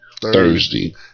Thursday